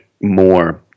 more